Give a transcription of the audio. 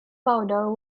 powder